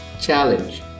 challenge